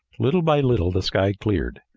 little by little the sky cleared.